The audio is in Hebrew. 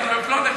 אנחנו בפלונטר,